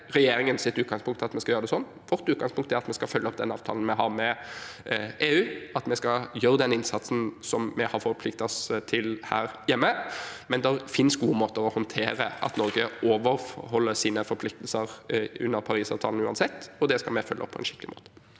Det er ikke regjeringens utgangspunkt at vi skal gjøre det sånn. Vårt utgangspunkt er at vi skal følge opp den avtalen vi har med EU, at vi skal gjøre den innsatsen vi har forpliktet oss til, her hjemme. Det finnes gode måter å håndtere det på – at Norge overholder sine forpliktelser under Parisavatalen uansett, og det skal vi følge opp på en skikkelig måte.